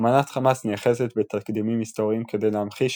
אמנת חמאס נאחזת בתקדימים היסטוריים כדי להמחיש